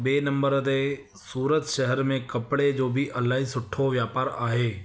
ॿिए नंबर ते सूरत शहर में कपिड़े जो बि इलाही सुठो वापारु आहे